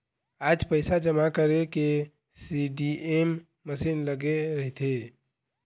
आज पइसा जमा करे के सीडीएम मसीन लगे रहिथे